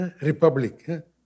Republic